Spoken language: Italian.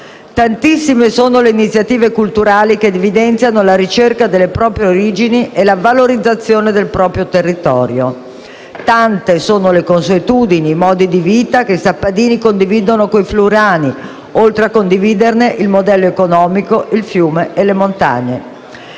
Tantissime altre sono le iniziative culturali che evidenziano la ricerca delle proprie origini e la valorizzazione del proprio territorio. Tante sono le consuetudini e i modi di vita che i sappadini condividono con i friulani, oltre a condividerne il modello economico, il fiume e le montagne.